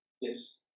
Yes